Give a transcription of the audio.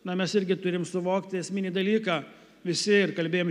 na mes irgi turim suvokti esminį dalyką visi ir kalbėjom